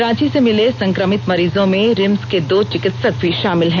रांची से मिले संक्रमित मरीजों में रिम्स के दो चिकित्सक भी शामिल हैं